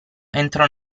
entrò